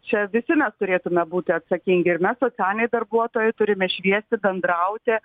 čia visi mes turėtume būti atsakingi ir mes socialiniai darbuotojai turime šviesti bendrauti